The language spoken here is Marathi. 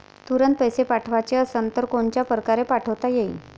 तुरंत पैसे पाठवाचे असन तर कोनच्या परकारे पाठोता येईन?